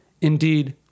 Indeed